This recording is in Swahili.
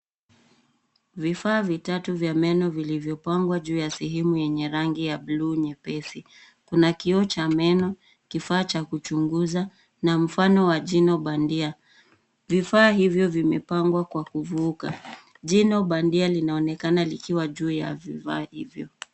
Vifaa vitatu vya meno vilivyopangwa juu ya sehemu yenye rangi ya buluu nyepesi. Kuna kioo cha meno, kifaa cha kuchunguza na mfano wa jino bandia. Vifaa hivyo vimepangwa kwa kuvuka. Jino bandio linaonekana likiwa juu ya vifaa hivyo.